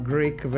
Greek